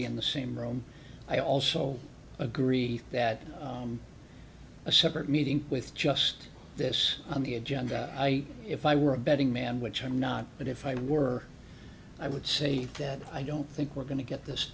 be in the same room i also agree that a separate meeting with just this on the agenda if i were a betting man which i'm not but if i were i would say that i don't think we're going to get this